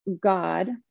God